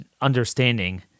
understanding